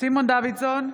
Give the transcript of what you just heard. סימון דוידסון,